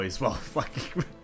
well-fucking